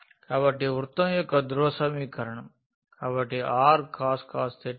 కాబట్టి వృత్తం యొక్క ధ్రువ సమీకరణం